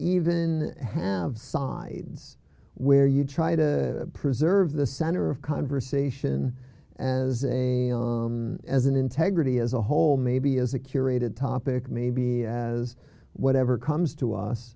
even have sides where you try to preserve the center of conversation and as a as an integrity as a whole maybe as a curated topic maybe as whatever comes to